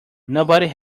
nobody